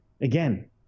again